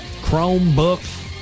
Chromebooks